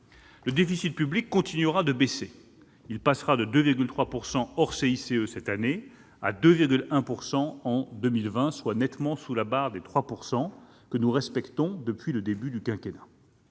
Le déficit public continuera de baisser. Il passera de 2,3 % hors CICE cette année à 2,1 % en 2020, soit nettement sous la barre des 3 %, que nous respectons depuis le début du quinquennat.